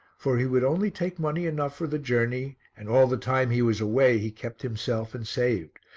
for he would only take money enough for the journey and all the time he was away he kept himself and saved,